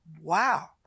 Wow